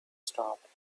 stopped